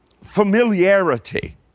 familiarity